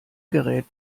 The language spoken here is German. gerät